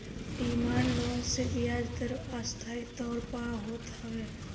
demand loan मे बियाज दर अस्थाई तौर पअ होत हवे